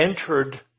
entered